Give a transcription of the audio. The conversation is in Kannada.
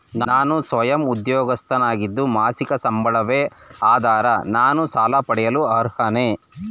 ನಾನು ಉದ್ಯೋಗಸ್ಥನಾಗಿದ್ದು ಮಾಸಿಕ ಸಂಬಳವೇ ಆಧಾರ ನಾನು ಸಾಲ ಪಡೆಯಲು ಅರ್ಹನೇ?